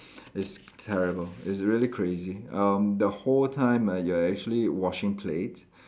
is terrible is really crazy um the whole time ah you are actually washing plates